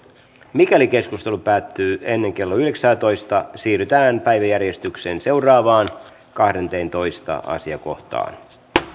mikäli keskustelu päättyy ennen kello yhdeksäätoista siirrytään päiväjärjestyksen seuraavaan kahdenteentoista asiakohtaan